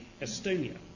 Estonia